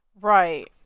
Right